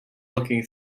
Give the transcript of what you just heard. looking